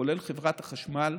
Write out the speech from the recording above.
כולל חברת החשמל.